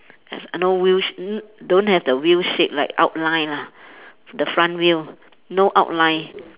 as i~ no wheel sh~ n~ don't have the wheel shape like outline ah the front wheel no outline